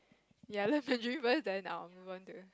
ya learn mandarin first then I will move on to it